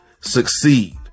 succeed